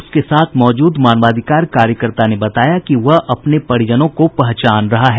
उसके साथ मौजूद मानवाधिकार कार्यकर्ता ने बताया कि वह अपने परिजनों को पहचान रहा है